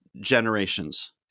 generations